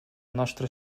nostre